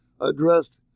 addressed